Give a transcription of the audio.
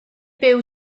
byw